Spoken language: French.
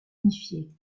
unifié